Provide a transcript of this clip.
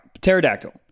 Pterodactyl